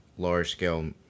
Large-scale